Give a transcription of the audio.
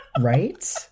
Right